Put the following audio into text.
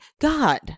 God